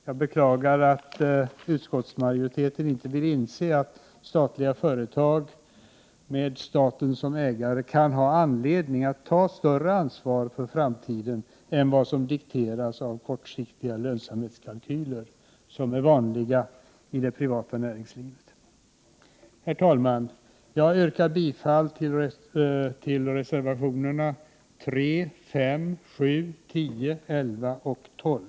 Jag beklagar att utskottsmajoriteten inte vill inse att statliga företag och staten som ägare kan ha anledning att ta större ansvar för framtiden än vad som dikteras av de kortsiktiga lönsamhetskalkyler som är vanliga i det privata näringslivet. Herr talman! Jag yrkar bifall till reservationerna 3, 5, 7, 10, 11 och 12.